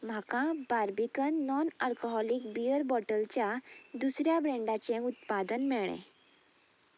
म्हाका Barbican non alcoholic beer बॉटलच्या दुसऱ्या ब्रँडाचें उत्पादन मेळ्ळें